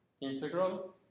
integral